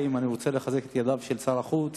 אני רוצה לחזק את ידיו של שר החוץ